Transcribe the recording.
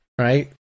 right